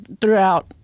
throughout